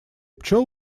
пчёл